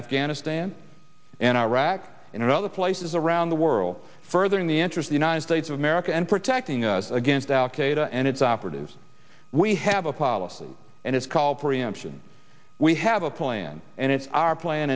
afghanistan and iraq and other places around the world furthering the interest the united states of america and protecting us against al qaeda and its operatives we have a policy and it's called preemption we have a plan and it's our plan